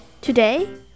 Today